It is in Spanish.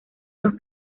los